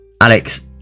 Alex